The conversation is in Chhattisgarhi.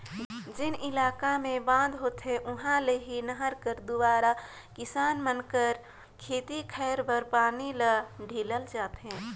जेन इलाका मे बांध होथे उहा ले ही नहर कर दुवारा किसान मन कर खेत खाएर बर पानी ल ढीलल जाथे